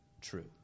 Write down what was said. true